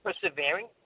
persevering